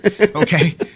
Okay